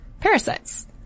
parasites